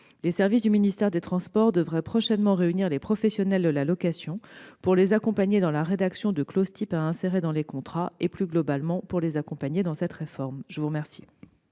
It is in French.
Les services du ministère des transports devraient prochainement réunir les professionnels de la location pour les accompagner dans la rédaction de clauses types à insérer dans les contrats et, plus globalement, dans la mise en oeuvre de cette réforme. La parole